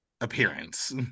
appearance